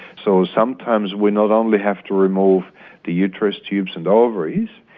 so sometimes we not only have to remove the uterus, tubes and ovaries,